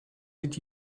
did